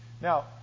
Now